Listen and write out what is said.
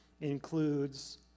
includes